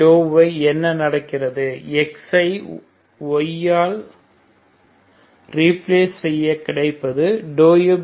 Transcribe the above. ∂u∂y என்ன நடக்கிறது x ஐ y ஆல் ரீப்ளேஸ் செய்ய கிடைப்பது ∂u∂y∂u